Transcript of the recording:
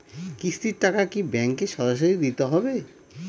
কিস্তির টাকা কি ব্যাঙ্কে সরাসরি দিতে হবে?